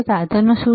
સાધનો શું છે